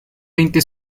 veinte